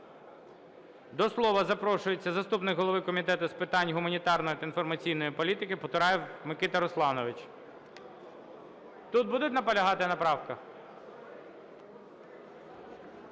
До слова запрошується заступник голови Комітету з питань гуманітарної та інформаційної політики Потураєв Микита Русланович. Тут будуть наполягати на правках?